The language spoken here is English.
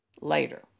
later